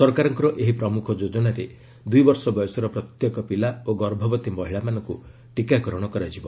ସରକାରଙ୍କର ଏହି ପ୍ରମୁଖ ଯୋଜନାରେ ଦୁଇବର୍ଷ ବୟସର ପ୍ରତ୍ୟେକ ପିଲା ଓ ଗର୍ଭବତୀ ମହିଳାମାନଙ୍କୁ ଟିକାକରଣ କରାଯିବ